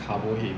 carbo heavy